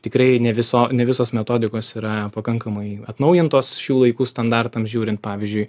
tikrai ne viso ne visos metodikos yra pakankamai atnaujintos šių laikų standartams žiūrint pavyzdžiui